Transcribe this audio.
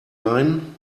leihen